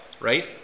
right